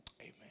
amen